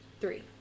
Three